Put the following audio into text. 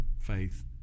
faith